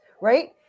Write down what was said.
right